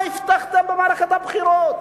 מה הבטחתם במערכת הבחירות?